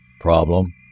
Problem